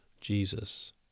Jesus